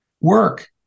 Work